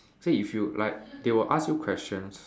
so if you like they will ask you questions